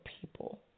people